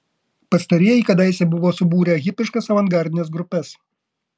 pastarieji kadaise buvo subūrę hipiškas avangardines grupes